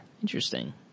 interesting